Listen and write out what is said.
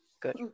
good